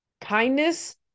kindness